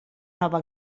nova